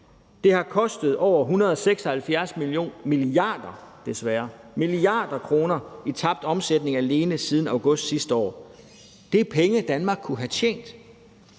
Det har kostet over 176 mia. kr. i tabt omsætning alene siden august sidste år. Det er penge, Danmark kunne have tjent.